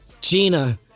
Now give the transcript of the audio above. Gina